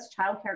childcare